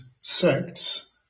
sects